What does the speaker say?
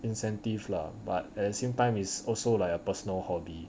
incentive lah but at the same time is also like a personal hobby